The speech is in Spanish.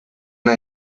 una